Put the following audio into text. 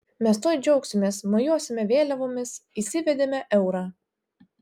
mes tuoj džiaugsimės mojuosime vėliavomis įsivedėme eurą